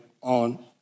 on